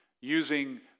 using